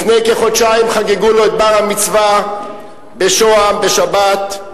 לפני כחודשיים חגגו לו את בר-המצווה בשוהם, בשבת,